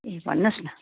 ए भन्नुहोस् न